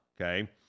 okay